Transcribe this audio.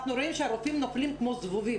אנחנו רואים שהרופאים נופלים כמו זבובים